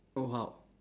oh how